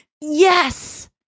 Yes